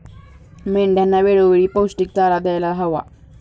मेंढ्यांना वेळोवेळी पौष्टिक चारा द्यायला हवा